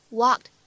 walked